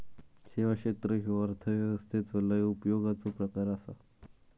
सेवा क्षेत्र ह्यो अर्थव्यवस्थेचो लय उपयोगाचो प्रकार आसा